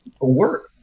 work